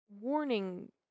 warning